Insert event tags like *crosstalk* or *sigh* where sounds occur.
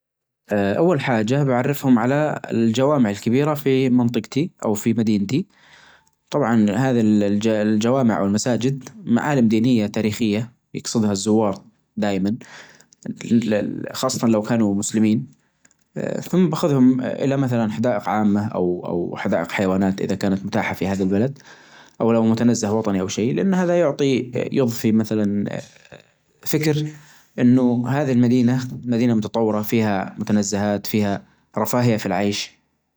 اول حاجة بعرفهم على الجوامع الكبيرة في منطجتي او في مدينتي. طبعا هذا الجوامع او المساجد معالم دينية تاريخية. يكصدها الزوار *hesitation* دائما خاصة لو كانوا مسلمين *hesitation* ثم باخذهم الى مثلا حدائق عامة او او حدائق حيوانات اذا كانت متاحة في هذا البلد او لو متنزه وطني او شيء لان هذا يعطي يضفي مثلا *hesitation* فكر انه هذه المدينة مدينة متطورة فيها متنزهات فيها رفاهية في العيش.